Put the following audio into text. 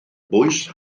bwys